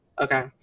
Okay